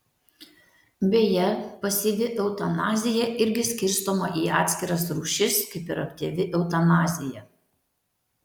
beje pasyvi eutanazija irgi skirstoma į atskiras rūšis kaip ir aktyvi eutanazija